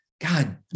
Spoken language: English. god